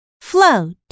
float